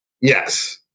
Yes